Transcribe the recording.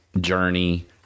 Journey